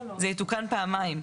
זה יתוקן פעמיים,